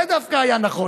זה דווקא היה נכון,